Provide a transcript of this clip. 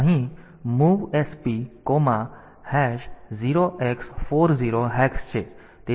તો અહીં MOV SP0x40hex છે